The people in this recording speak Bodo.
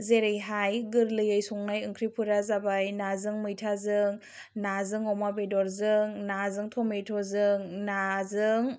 जेरैहाय गोरलैयै संनाय ओंख्रिफोरा जाबाय नाजों मैथाजों नाजों अमा बेदरजों नाजों टमेट'जों नाजों